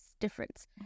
difference